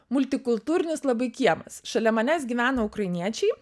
multikultūrinis labai kiemas šalia manęs gyveno ukrainiečiai